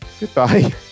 Goodbye